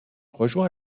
rejoint